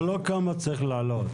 לא כמה צריך לעלות.